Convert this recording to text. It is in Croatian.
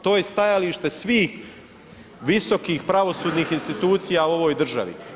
To je stajalište svih visokih pravosudnih institucija u ovoj državi.